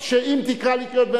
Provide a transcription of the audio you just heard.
כי הוא לא מתכוון.